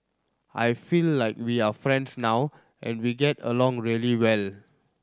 I feel like we are friends now and we get along really well